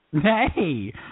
Hey